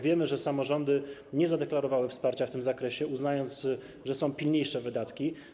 Wiemy, że samorządy nie zadeklarowały wsparcia w tym zakresie, uznając, że są pilniejsze wydatki.